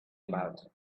about